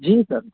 جی سر